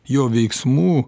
jo veiksmų